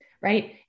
right